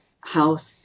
house